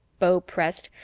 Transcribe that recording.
beau pressed,